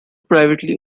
privately